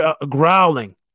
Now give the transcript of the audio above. growling